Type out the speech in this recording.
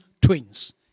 twins